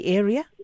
area